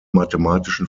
mathematischen